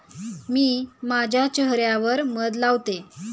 मी माझ्या चेह यावर मध लावते